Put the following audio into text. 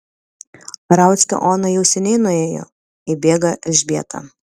rauckio ona jau seniai nuėjo įbėga elžbieta